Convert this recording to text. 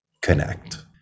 connect